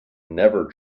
never